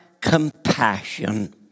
compassion